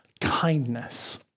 kindness